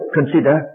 consider